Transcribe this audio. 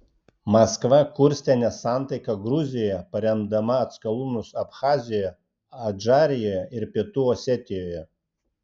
maskva kurstė nesantaiką gruzijoje paremdama atskalūnus abchazijoje adžarijoje ir pietų osetijoje